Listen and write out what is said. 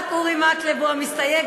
רק אורי מקלב מסתייג.